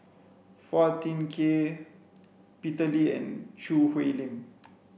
Phua Thin Kiay Peter Lee and Choo Hwee Lim